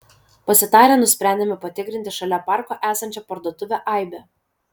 pasitarę nusprendėme patikrinti šalia parko esančią parduotuvę aibė